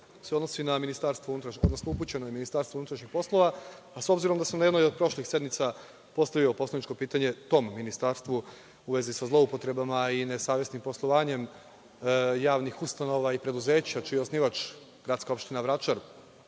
se odnosi na MUP, upućeno je MUP-u. S obzirom da sam na jednoj od prošlih sednica postavio poslaničko pitanje tom Ministarstvu u vezi sa zloupotrebama i sa nesavesnim poslovanjem javnih ustanova i preduzeća čiji je osnivač gradska opština Vračar,